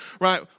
Right